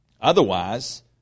Otherwise